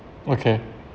okay